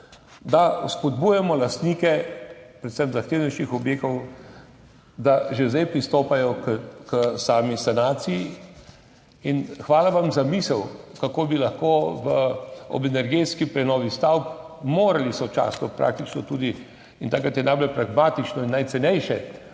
da spodbujamo lastnike predvsem zahtevnejših objektov, da že zdaj pristopajo k sami sanaciji. Hvala vam za misel, kako bi lahko ob energetski prenovi stavb morali sočasno, praktično, in takrat je najbolj pragmatično in najcenejše,